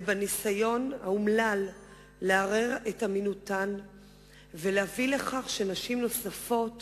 בניסיון האומלל לערער את אמינותן ולהביא לכך שנשים נוספות